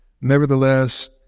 Nevertheless